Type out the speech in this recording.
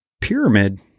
pyramid